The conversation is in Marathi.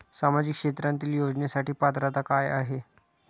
सामाजिक क्षेत्रांतील योजनेसाठी पात्रता काय आहे?